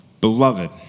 beloved